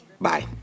Bye